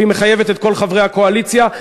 והיא מחייבת את כל חברי הקואליציה,